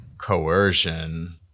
Coercion